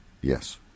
Yes